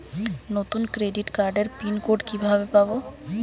নতুন ক্রেডিট কার্ডের pin code কিভাবে পাব?